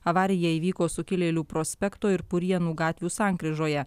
avarija įvyko sukilėlių prospekto ir purienų gatvių sankryžoje